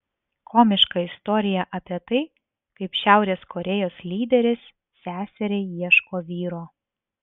komiška istorija apie tai kaip šiaurės korėjos lyderis seseriai ieško vyro